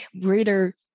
reader